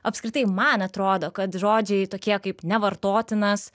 apskritai man atrodo kad žodžiai tokie kaip nevartotinas